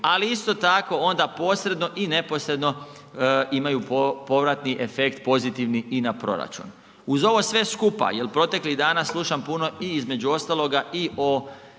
Ali isto tako onda posredno ili neposredno imaju povratni efekt pozitivni i na proračun. Uz ovo sve skupa jer proteklih dana slušam puno i između ostaloga i o